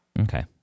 Okay